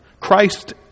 christ